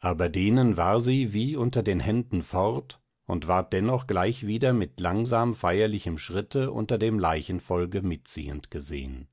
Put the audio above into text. aber denen war sie wie unter den händen fort und ward dennoch gleich wieder mit langsam feierlichem schritte unter dem leichengefolge mitziehend gesehn